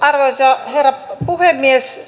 arvoisa herra puhemies